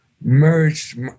merged